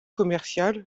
commercial